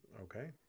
Okay